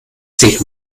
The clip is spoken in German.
sich